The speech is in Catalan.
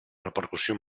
repercussió